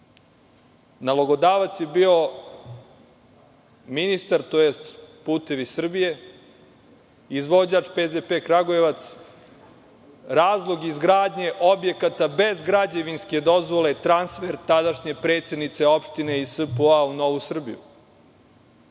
Nalogodavac je bio ministar, tj. „Putevi Srbije“, izvođač PZP Kragujevac. Razlog izgradnje objekata bez građevinske dozvole je transfer, tadašnje predsednice opštine iz SPO u Novu Srbiju.